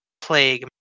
plague